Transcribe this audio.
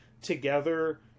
together